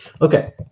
Okay